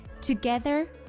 Together